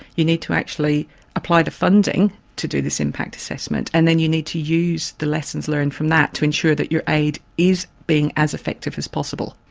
you need to actually apply the funding to do this impact assessment, and then you need to use the lessons learned from that to ensure that your aid is being as effective as possible.